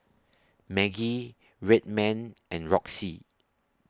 Maggi Red Man and Roxy